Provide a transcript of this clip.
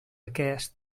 aquest